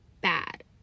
bad